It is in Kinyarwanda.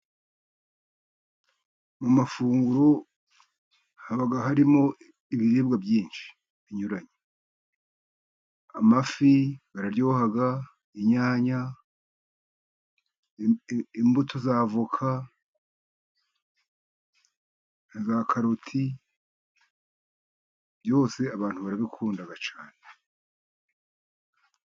Mu mafunguro haba harimo ibiribwa byinshi binyuranye. Amafi araryoha, inyanya, imbuto za avoka, za karoti byose abantu barabikunda cyane.